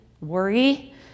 worry